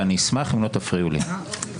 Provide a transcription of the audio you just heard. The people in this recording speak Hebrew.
ואני אשמח אם לא תפריעו לי,